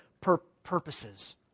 purposes